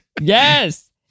Yes